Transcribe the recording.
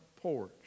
porch